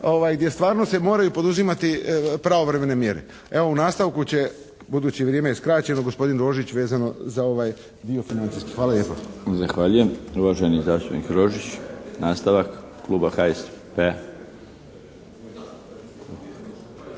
gdje stvarno se moraju poduzimati pravovremene mjere. Evo u nastavku će, budući vrijeme je skraćeno gospodin Rožić vezano za ovaj dio financijski. Hvala lijepa. **Milinović, Darko (HDZ)** Zahvaljujem. Uvaženi zastupnik Rožić, nastavak Kluba HSP-a.